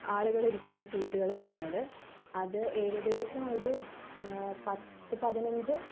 ആളുകൾ ഇരിക്കുന്ന സീറ്റുകൾ വരുന്നത് അത് ഏകദേശം ഒരു പത്ത് പതിനഞ്ച്